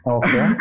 Okay